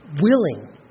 willing